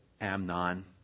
Amnon